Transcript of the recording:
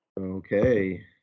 Okay